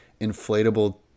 inflatable